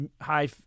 high